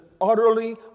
utterly